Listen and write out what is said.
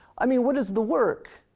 i mean, what is the work?